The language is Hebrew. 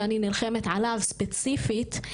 שאני נלחמת עליו ספציפית,